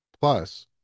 Plus